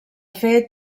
fet